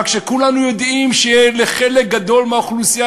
אבל כשכולנו יודעים שלחלק גדול מהאוכלוסייה